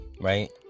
Right